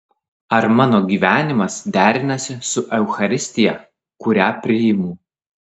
ar mano gyvenimas derinasi su eucharistija kurią priimu